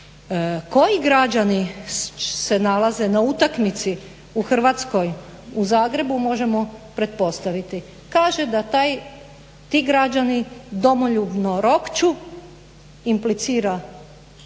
Koji građani se nalazi na ulazi u Hrvatskoj, u Zagrebu možemo pretpostaviti. Kaže da taj, ti građani domoljubno rokću, implicira